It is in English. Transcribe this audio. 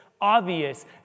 obvious